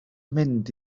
mynd